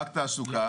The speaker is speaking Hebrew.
רק תעסוקה,